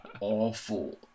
awful